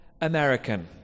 American